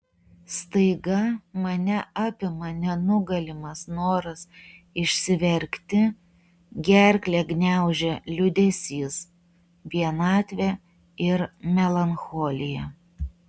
staiga mane apima nenugalimas noras išsiverkti gerklę gniaužia liūdesys vienatvė ir melancholija